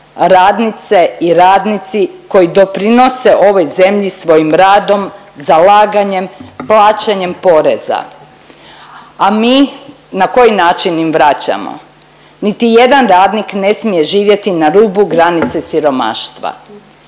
radnici i radnice koji doprinose ovoj zemlji svojim radom, zalaganjem plaćanjem poreza, a mi na koji način im vraćamo. Niti jedan radnik ne smije živjeti na rubu granice siromaštva.